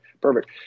perfect